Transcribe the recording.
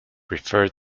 referred